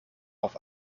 auf